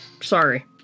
sorry